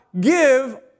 give